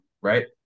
right